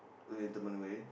well interment way